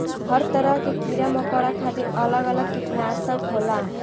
हर तरह के कीड़ा मकौड़ा खातिर अलग अलग किटनासक होला